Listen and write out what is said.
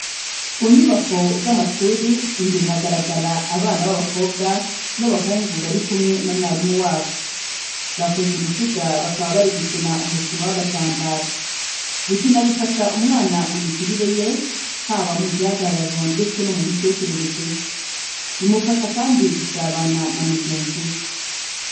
Ku nyubako z'amashuri, imbere hagaragara abana b'abakobwa n'abahungu bari kumwe na mwarimu wabo. Bakoze uruziga bakaba bari gukina umukino w'agatambaro. Gukina bifasha umwana mu mikurire ye, haba mu gihagararo ndetse no mu mitekerereze ye. Bimufasha kandi gusabana na bagenzi be.